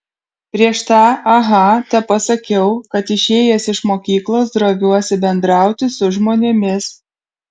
prieš tą aha tepasakiau kad išėjęs iš mokyklos droviuosi bendrauti su žmonėmis